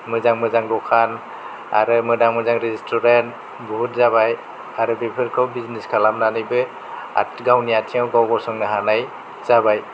मोजां मोजां दखान आरो मोजां मोजां रेसतुरेन्ट बहुत जाबाय आरो बेफोरखौ बिजनेस खालामनानैबो गावनि आथिंआव गाव गसंनो हानाय जाबाय